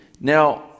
Now